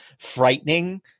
frightening